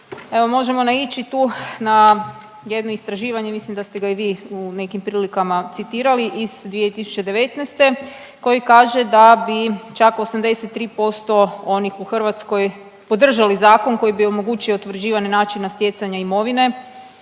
možemo naići tu na jedno istraživanje. Mislim da ste ga i vi u nekim prilikama citirali iz 2019. koji kaže da bi čak 83% onih u Hrvatskoj podržali zakon koji bi omogućio utvrđivanje načina stjecanja imovine